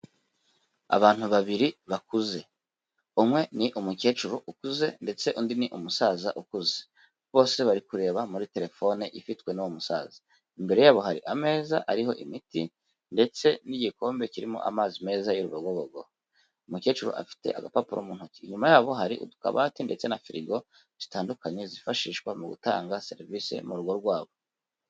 Abantu babiri bakuze, umwe ni umukecuru ukuze ndetse undi ni umusaza ukuze, bose bari kureba muri telefone ifitwe n'uwo musaza, imbere yabo hari ameza ariho imiti ndetse n'igikombe kirimo amazi meza y'urubogobogo, umukecuru afite agapapuro mu ntoki, inyuma yabo hari udukabati ndetse na firigo zitandukanye zifashishwa mu gutanga serivisi mu rugo rwabo.